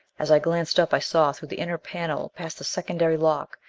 as i glanced up i saw through the inner panel, past the secondary lock,